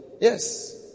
Yes